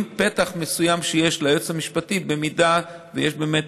עם פתח מסוים שיש ליועץ המשפטי אם יש באמת,